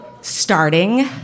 Starting